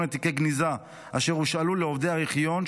תיקי גניזה אשר הושאלו לעובדי הארכיון,